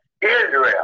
Israel